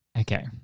Okay